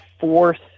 fourth